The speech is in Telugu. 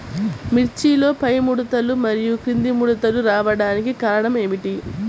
మిర్చిలో పైముడతలు మరియు క్రింది ముడతలు రావడానికి కారణం ఏమిటి?